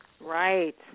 Right